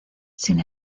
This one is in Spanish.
sin